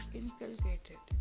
inculcated